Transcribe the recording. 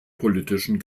politischen